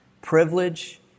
privilege